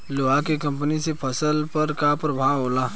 लोहा के कमी से फसल पर का प्रभाव होला?